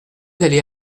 d’aller